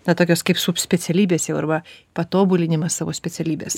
na tokios kaip sub specialybės jau arba patobulinimas savo specialybės